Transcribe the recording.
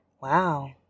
wow